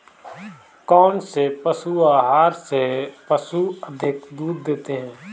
कौनसे पशु आहार से पशु अधिक दूध देते हैं?